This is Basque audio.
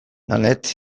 nanette